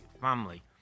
family